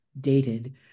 dated